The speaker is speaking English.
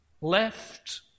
left